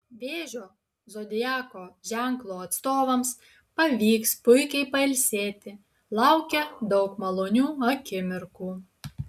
vėžio zodiako ženklo atstovams pavyks puikiai pailsėti laukia daug malonių akimirkų